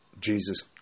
Jesus